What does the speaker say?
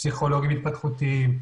פסיכולוגים התפתחותיים,